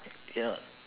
cannot